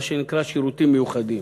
מה שנקרא שירותים מיוחדים,